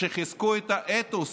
שחיזקו את האתוס